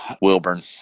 Wilburn